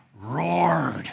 roared